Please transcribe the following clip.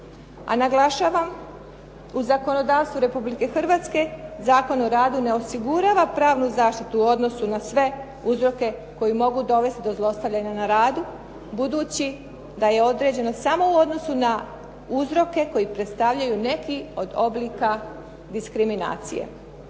A naglašavam, u zakonodavstvu Republike Hrvatske Zakon o radu ne osigurava pravnu zaštitu u odnosu na sve uzroke koji mogu dovesti do zlostavljanja na radu, budući da je određeno samo u odnosu na uzroke koji predstavljaju neke od oblika diskriminacije.